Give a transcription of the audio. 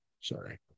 Sorry